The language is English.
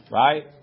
right